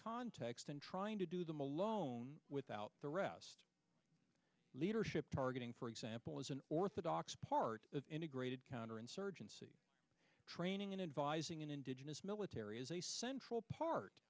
context and trying to do them alone without the rest leadership targeting for example is an orthodox part of integrated counterinsurgency training and advising an indigenous military is a central part